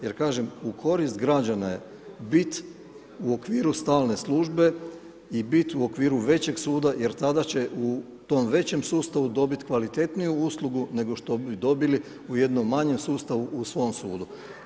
Jer kažem, u korist građana je biti u okviru stalne službe i biti u okviru većeg suda jer tada će u tom većem sustavu dobiti kvalitetniju uslugu nego što bi dobili u jednom manjem sustavu u svom sudu.